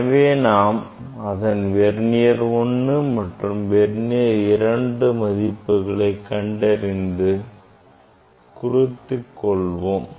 எனவே நாம் அதன் வெர்னியர் 1 மற்றும் வெர்னியர் 2 மதிப்புகளை கண்டறிந்து குறித்துக் கொள்வோம்